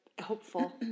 hopeful